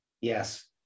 yes